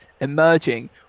emerging